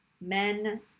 men